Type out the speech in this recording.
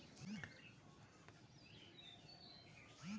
ঘরের ভিতরে বানানো এক ইনডোর ইকোসিস্টেম অনেকে চাষ করে